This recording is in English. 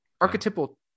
archetypal